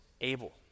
Abel